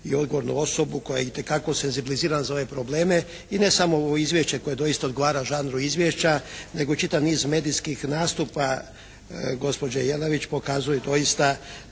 i odgovornu osobu koja je itekako senzibilizirana za ove probleme. I ne samo ovo izvješće koje doista odgovara žanru izvješća nego čitav niz medijskih nastupa gospođe Jelavić pokazuje doista